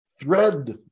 thread